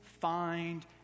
find